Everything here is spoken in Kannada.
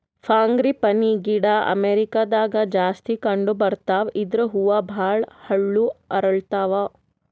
ಫ್ರಾಂಗಿಪನಿ ಗಿಡ ಅಮೇರಿಕಾದಾಗ್ ಜಾಸ್ತಿ ಕಂಡಬರ್ತಾವ್ ಇದ್ರ್ ಹೂವ ಭಾಳ್ ಹಳ್ಳು ಅರಳತಾವ್